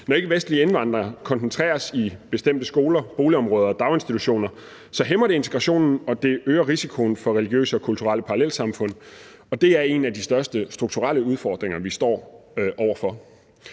Når ikkevestlige indvandrere koncentreres i bestemte skoler, boligområder og daginstitutioner, hæmmer det integrationen, og det øger risikoen for religiøse og kulturelle parallelsamfund. Det er en af de største strukturelle udfordringer, vi står over for.